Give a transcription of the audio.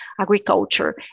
agriculture